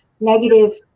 negative